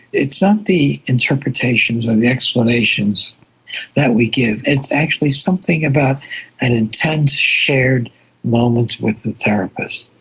it's not the interpretations or the explanations that we give, it's actually something about an intense shared moment with the therapist.